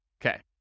Okay